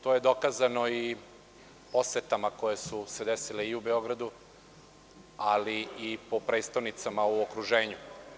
To je dokazano i posetama koje su se desile i u Beogradu, ali i po prestonicama u okruženju.